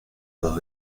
dos